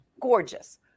gorgeous